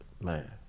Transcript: Man